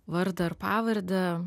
vardą ir pavardę